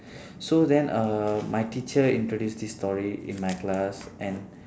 so then uh my teacher introduce this story in my class and